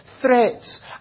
threats